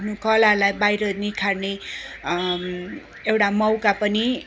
आफ्नो कलालाई बाहिर निखार्ने एउटा मौका पनि